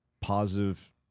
positive